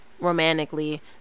romantically